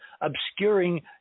obscuring